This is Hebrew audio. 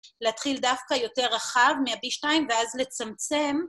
להתחיל דווקא יותר רחב מה-B2 ואז לצמצם.